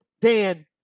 Dan